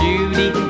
Judy